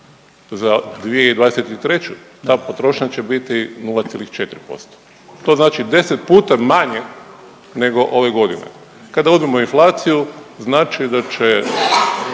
za 2023. ta potrošnja će biti 0,34% to znači 10 puta manje nego ove godine. Kada uzmemo inflaciju znači da će